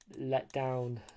letdown